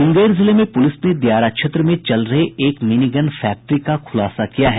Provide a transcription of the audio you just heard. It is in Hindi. मुंगेर जिले में पूलिस ने दियारा क्षेत्र में चल रहे एक मिनीगन फैक्ट्री का खूलासा किया है